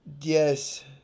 Yes